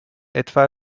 etwa